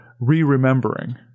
re-remembering